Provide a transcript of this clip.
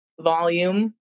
volume